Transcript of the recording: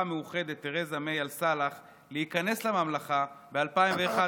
המאוחדת תרזה מיי על סלאח להיכנס לממלכה ב-2011,